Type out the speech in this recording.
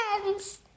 friends